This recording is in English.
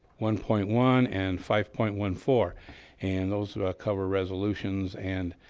one point one and five point one for and those cover resolutions and